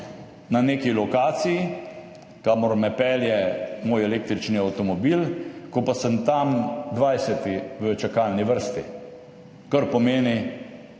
na neki lokaciji, kamor me pelje moj električni avtomobil, ko pa sem tam 20. v čakalni vrsti, kar pomeni